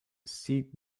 seat